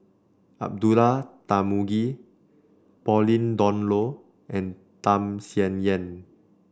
Abdullah Tarmugi Pauline Dawn Loh and Tham Sien Yen